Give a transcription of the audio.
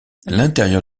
l’intérieur